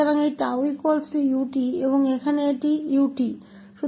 तो यह 𝜏 𝑢 𝑡 और यहाँ भी यह 𝑢 𝑡 है